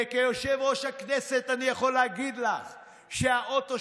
כיושב-ראש הכנסת אני יכול להגיד לך שהאוטו,